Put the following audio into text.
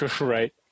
Right